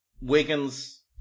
Wiggins